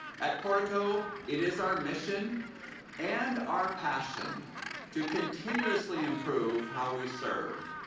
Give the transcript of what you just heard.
at portico, it is our mission and our passion to continuously improve how we serve,